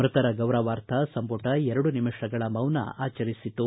ಮ್ಯತರ ಗೌರವಾರ್ಥ ಸಂಪುಟ ಎರಡು ನಿಮಿಷಗಳ ಮೌನ ಆಚರಿಸಿತು